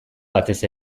batez